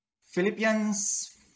Philippians